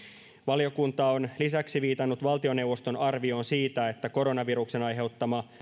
valiokunta on lisäksi viitannut valtioneuvoston arvioon siitä että koronaviruksen aiheuttama